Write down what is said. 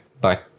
Bye